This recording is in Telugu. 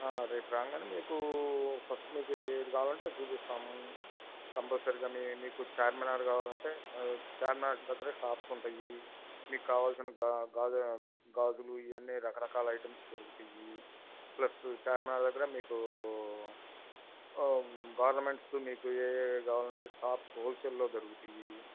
రేపు రాగానే మీకు ఫస్ట్ మీకు ఏది కావాలంటే అది చూపిస్తాము కంపల్సరిగా మీకు చార్మినార్ కావాలంటే చార్మినార్ దగ్గర షాప్స్ ఉంటాయి మీకు కావలసిన గాజులు ఇవన్నీ రకరకాల ఐటమ్స్ దొరుకుతాయి ప్లస్ చార్మినార్ దగ్గర మీకు ఆర్నమెంట్స్ మీకు ఏవి కావాలంటే టాప్స్ హోల్సేల్లో దొరుకుతాయి